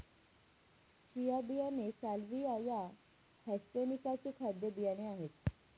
chia बियाणे salvia या hispanica चे खाद्य बियाणे आहे